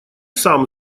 сам